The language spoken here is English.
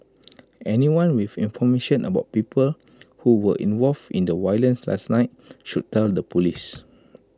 anyone with information about people who were involved in the violence last night should tell the Police